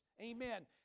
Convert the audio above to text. amen